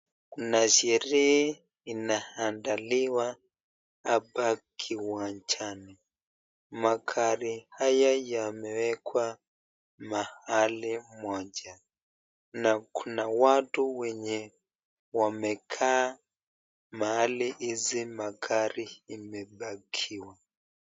Kuna sherehe inaandaliwa hapa kiwanjani. Magari haya yamewekwa mahali moja na kuna watu wenye wamekaa mahali hizi magari imepakiwa.